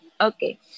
Okay